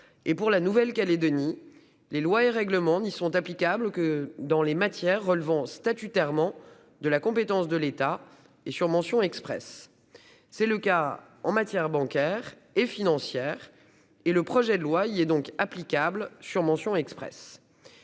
-et pour la Nouvelle-Calédonie, les lois et règlements n'y sont applicables que dans les matières relevant statutairement de la compétence de l'État et sur mention expresse. Or c'est le cas en matière bancaire et financière. Les dispositions du projet de loi y sont donc applicables, sur mention expresse.